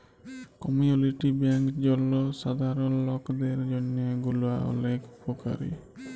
community bank জলসাধারল লকদের জন্হে গুলা ওলেক উপকারী